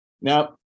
Now